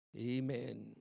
amen